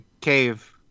cave